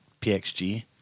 PXG